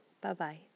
Bye-bye